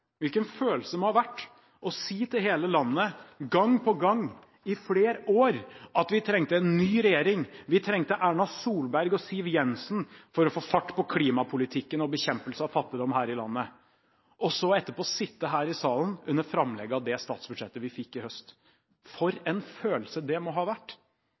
Hvilken følelse det må ha vært å si til hele landet, gang på gang i flere år, at vi trengte en ny regjering, vi trengte Erna Solberg og Siv Jensen for å få fart på klimapolitikken og bekjempelse av fattigdom her i landet – og så, etterpå, sitte her i salen under framlegget av det statsbudsjettet vi fikk i høst. For en følelse det må ha vært.